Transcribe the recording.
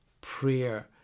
prayer